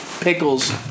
pickles